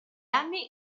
anni